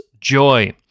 Joy